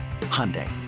Hyundai